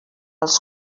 els